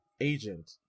agent